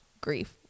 grief